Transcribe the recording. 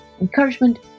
encouragement